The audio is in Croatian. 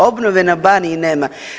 Obnove na Baniji nema.